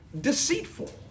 deceitful